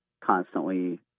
constantly